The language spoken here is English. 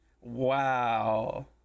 wow